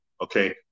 Okay